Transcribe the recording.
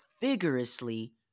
vigorously